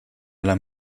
alla